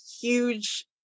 huge